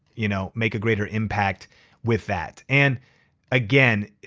you know make a greater impact with that. and again,